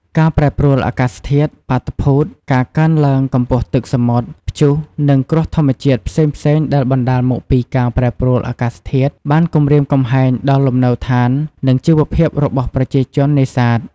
ការប្រែប្រួលអាកាសធាតុ បាតុភូត ការកើនឡើងកម្ពស់ទឹកសមុទ្រ ព្យុះ និង គ្រោះធម្មជាតិ ផ្សេងៗដែលបណ្តាលមកពីការប្រែប្រួលអាកាសធាតុ បានគំរាមកំហែងដល់លំនៅឋាន និងជីវភាពរបស់ប្រជាជននេសាទ។